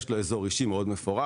יש ללקוח אזור אישי מאוד מפורט,